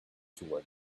toward